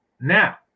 Now